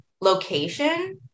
location